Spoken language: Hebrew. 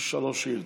שאילתות.